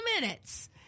minutes